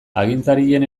agintarien